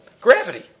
gravity